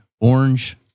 Orange